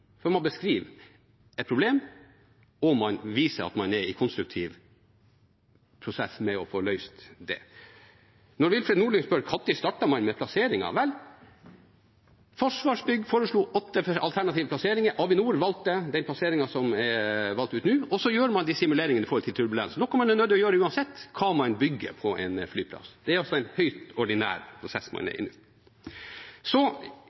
for man beskriver et problem, og man viser at man er i en konstruktiv prosess for å få løst det. Willfred Nordlund spør: Når startet man med plasseringen? Vel, Forsvarsbygg foreslo åtte alternative plasseringer. Avinor valgte den plasseringen som er valgt ut nå, og så gjør man simuleringene av turbulens, noe man er nødt til å gjøre uansett hva man bygger på en flyplass. Det er altså en høyst ordinær prosess man er inne i. Så